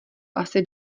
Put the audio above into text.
asi